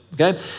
Okay